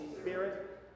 Spirit